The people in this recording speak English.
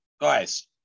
guys